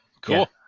Cool